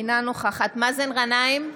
אינה נוכחת מאזן גנאים,